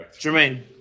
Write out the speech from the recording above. Jermaine